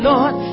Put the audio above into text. Lord